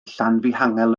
llanfihangel